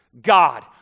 God